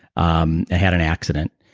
um had an accident.